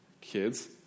Kids